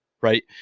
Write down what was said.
right